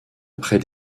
après